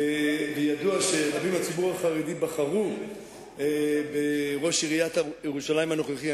וידוע שרבים מהציבור החרדי בחרו בראש עיריית ירושלים הנוכחי.